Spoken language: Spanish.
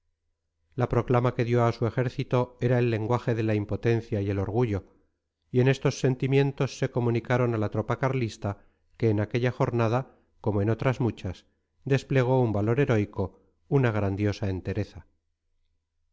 la proclama que dio a su ejército era el lenguaje de la impotencia y el orgullo y estos sentimientos se comunicaron a la tropa carlista que en aquella jornada como en otras muchas desplegó un valor heroico una grandiosa entereza